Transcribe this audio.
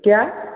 क्या